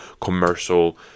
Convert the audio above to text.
commercial